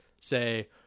say